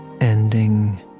ending